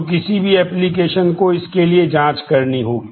तो किसी भी एप्लिकेशन को इसके लिए जांच करनी होगी